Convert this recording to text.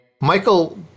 Michael